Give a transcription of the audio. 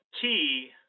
key